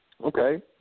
Okay